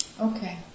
Okay